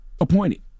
appointed